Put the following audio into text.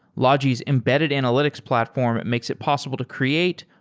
logi's embedded analytics platform makes it possible to create,